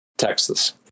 Texas